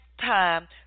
time